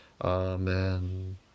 Amen